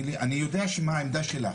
אני יודע מה העמדה שלך.